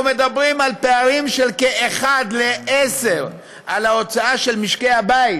אנחנו מדברים על פערים של כ-10:1 בין ההוצאה של משקי הבית